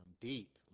deep